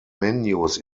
menus